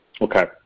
Okay